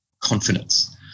confidence